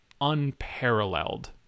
unparalleled